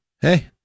Hey